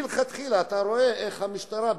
מלכתחילה אתה רואה איך המשטרה,